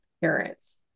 parents